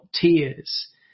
tears